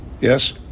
yes